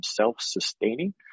self-sustaining